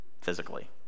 physically